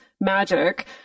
magic